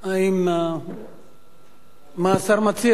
מה השר מציע?